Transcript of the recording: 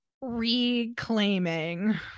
reclaiming